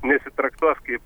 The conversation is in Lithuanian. nesitraktuos kaip